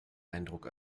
eindruck